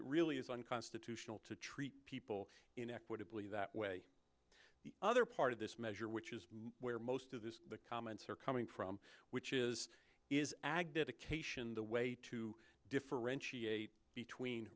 it really is unconstitutional to treat people in equitably that way the other part of this measure which is where most of this the comments are coming from which is is advocation the way to differentiate between